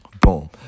Boom